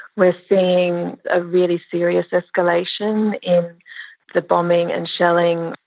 we're seeing a really serious escalation in the bombing and shelling.